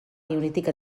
neolític